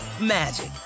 magic